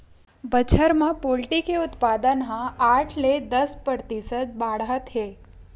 बछर म पोल्टी के उत्पादन ह आठ ले दस परतिसत बाड़हत हे